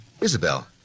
Isabel